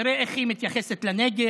תראה איך היא מתייחסת לנגב,